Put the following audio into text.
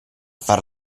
far